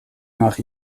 nach